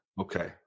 Okay